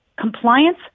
compliance